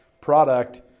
product